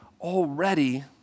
already